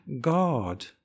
God